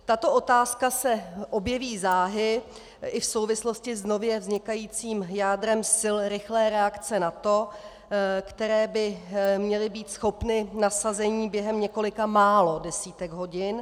Tato otázka se objeví záhy i v souvislosti s nově vznikajícím jádrem Sil rychlé reakce NATO, které by měly být schopny nasazení během několika málo desítek hodin.